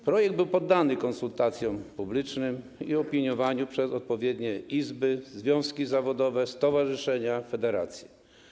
Projekt był poddany konsultacjom publicznym i opiniowaniu przez odpowiednie izby, związki zawodowe, stowarzyszenia, federacje.